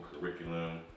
curriculum